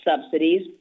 subsidies